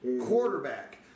quarterback